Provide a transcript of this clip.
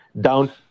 down